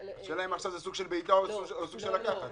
השאלה אם עכשיו זה סוג של בעיטה או סוג של דבר לקחת,